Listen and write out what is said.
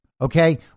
Okay